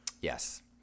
Yes